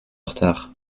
retard